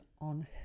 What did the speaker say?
on